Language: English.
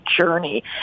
journey